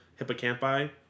hippocampi